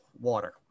Water